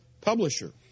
publisher